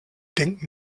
denken